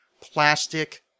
Plastic